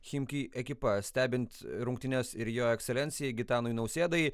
chimki ekipa stebint rungtynes ir jo ekscelencijai gitanui nausėdai